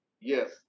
Yes